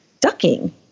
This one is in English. ducking